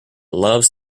loves